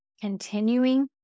continuing